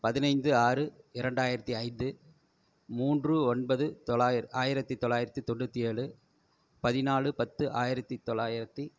பதினைந்து ஆறு இரண்டாயிரத்தி ஐந்து மூன்று ஒன்பது தொள்ளாயிர ஆயிரத்தி தொள்ளாயிரத்தி தொண்ணூற்றி ஏழு பதினாலு பத்து ஆயிரத்தி தொள்ளாயிரத்தி